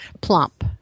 plump